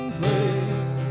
place